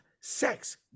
sex